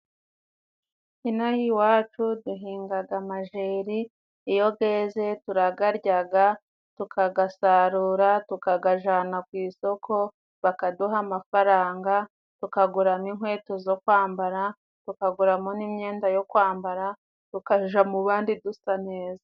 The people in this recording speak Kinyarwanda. Inaha iwacu duhingaga amajeri iyo geze turagaryaga, tukagasarura, tukagajyanana ku isoko bakaduha amafaranga tukaguranamo inkweto zo kwambara tukaguramo n'imyenda yo kwambara tukaja mu bandi dusa neza.